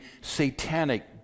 satanic